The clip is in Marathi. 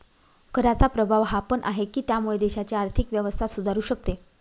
कराचा प्रभाव हा पण आहे, की त्यामुळे देशाची आर्थिक व्यवस्था सुधारू शकते